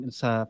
sa